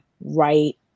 right